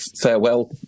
farewell